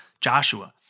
Joshua